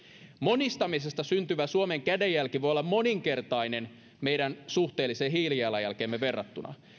monistamisesta syntyvä suomen kädenjälki voi olla moninkertainen meidän suhteelliseen hiilijalanjälkeemme verrattuna